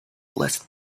list